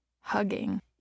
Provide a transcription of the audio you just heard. Hugging